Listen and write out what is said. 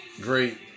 great